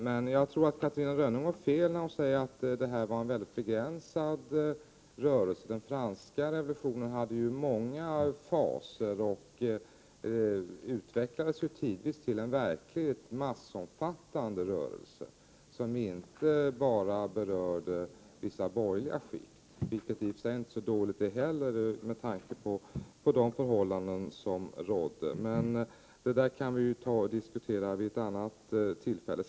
Jag tror dock att Catarina Rönnung har fel när hon säger att detta var en begränsad rörelse. Den franska revolutionen hade många faser och utvecklades tidvis till en verkligt massomfattande rörelse, som inte bara berörde vissa borgerliga skikt — vilket i och för sig inte är så dåligt det heller, med tanke på de förhållanden som rådde. Men det där kan vi diskutera vid ett annat tillfälle.